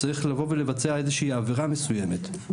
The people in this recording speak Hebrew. צריך לבוא ולבצע איזושהי עבירה מסוימת.